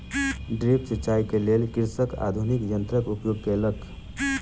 drip सिचाई के लेल कृषक आधुनिक यंत्रक उपयोग केलक